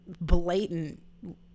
blatant